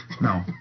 No